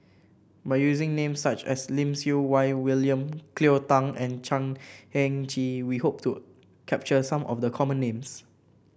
by using name such as Lim Siew Wai William Cleo Thang and Chan Heng Chee we hope to capture some of the common names